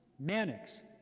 mannix,